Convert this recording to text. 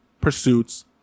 pursuits